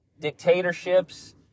dictatorships